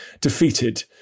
defeated